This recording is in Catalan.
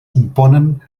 componen